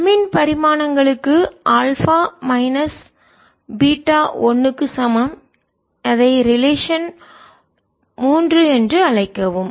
M இன் பரிமாணங்களுக்கு alpha minus beta 1 க்கு சமம் அதை ரிலேஷன்உறவு 3 என்று அழைக்கவும்